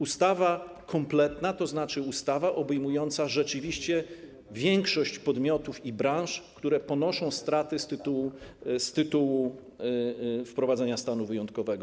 Ustawa kompletna to znaczy ustawa obejmująca rzeczywiście większość podmiotów i branż, które ponoszą straty z tytułu wprowadzenia stanu wyjątkowego.